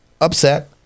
upset